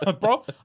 Bro